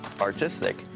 artistic